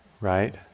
right